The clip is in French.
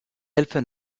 elfes